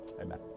Amen